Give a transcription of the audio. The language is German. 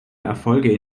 erfolge